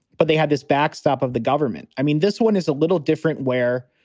but they had this backstop of the government. i mean, this one is a little different. where?